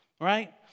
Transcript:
right